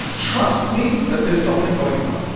trust me, that there is something going on.